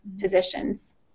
positions